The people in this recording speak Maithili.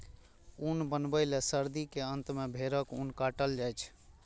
ऊन बनबै लए सर्दी के अंत मे भेड़क ऊन काटल जाइ छै